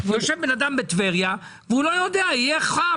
יושב בן אדם בטבריה ולא יודע יהיה חם,